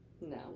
No